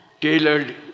tailored